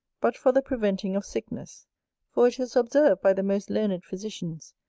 but for the preventing of sickness for it is observed by the most learned physicians,